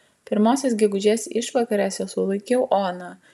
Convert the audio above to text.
pirmosios gegužės išvakarėse sulaikiau oną